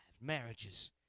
marriages